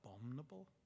abominable